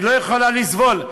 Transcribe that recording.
היא לא יכולה לסבול.